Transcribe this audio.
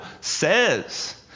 says